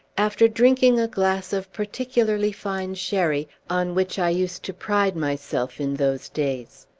after drinking a glass of particularly fine sherry on which i used to pride myself in those days.